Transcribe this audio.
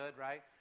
right